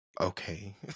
okay